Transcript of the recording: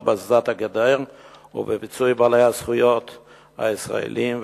בהזזת הגדר ובפיצוי בעלי הזכויות הישראלים,